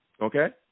okay